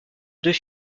deux